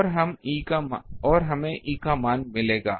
और हमें E का मान मिलेगा